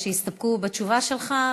שיסתפקו בתשובה שלך?